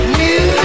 new